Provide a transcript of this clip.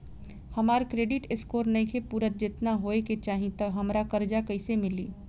हमार credit score नईखे पूरत जेतना होए के चाही त हमरा कर्जा कैसे मिली?